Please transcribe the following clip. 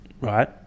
right